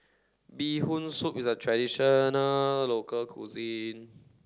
bee hoon soup is a traditional local cuisine